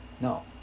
No